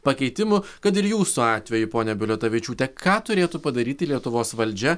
pakeitimų kad ir jūsų atveju ponia biliotavičiūte ką turėtų padaryti lietuvos valdžia